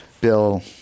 Bill